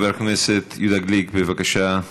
חבר הכנסת יהודה גליק, בבקשה,